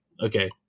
Okay